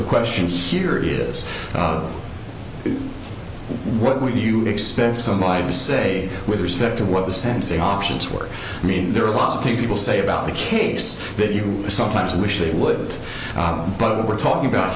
the question here is what would you expect somebody to say with respect to what the sensei options were i mean there are a lot of people say about the case that you sometimes wish they would but what we're talking about